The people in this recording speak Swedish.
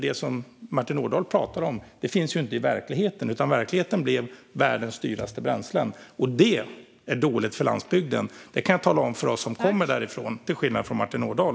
Det som Martin Ådahl pratar om finns inte i verkligheten, utan verkligheten blev världens dyraste bränslen. Det är dåligt för landsbygden. Det kan vi som kommer därifrån tala om, till skillnad från Martin Ådahl.